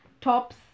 tops